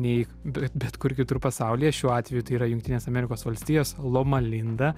nei bet kur kitur pasaulyje šiuo atveju tai yra jungtinės amerikos valstijos loma linda